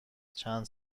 چند